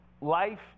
life